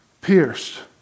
pierced